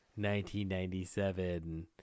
1997